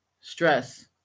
stress